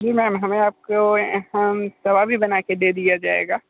जी ma'am हमें आप को हम तवा बना के दे दिया जाएगा